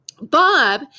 Bob